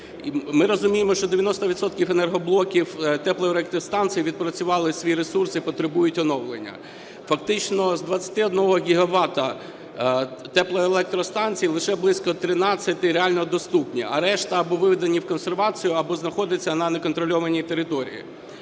Ми розуміємо, що 90 відсотків енергоблоків теплоелектростанцій відпрацювали свій ресурс і потребують оновлення. Фактично з 21 гігавата теплоелектростанцій лише близько 13 реально доступні, а решта або виведені в консервацію, або знаходяться на неконтрольованій території.